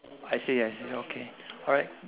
I see I see okay alright